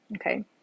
Okay